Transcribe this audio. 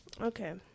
Okay